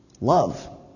love